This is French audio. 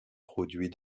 produit